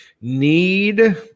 need